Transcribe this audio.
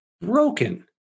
broken